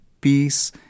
peace